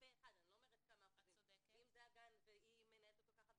אחד -- -אם זה הגן ואם היא מנהלת אותו ככה,